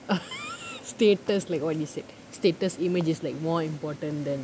status like what you said status images like more important than